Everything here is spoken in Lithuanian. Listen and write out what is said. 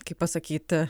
kaip pasakyt